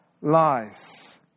lies